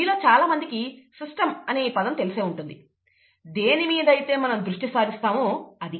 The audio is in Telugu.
మీలో చాలా మందికి సిస్టంఅనే ఈ పదం తెలిసే ఉంటుంది దేని మీద అయితే మనం దృష్టి సారిస్తామో అది